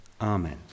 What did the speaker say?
Amen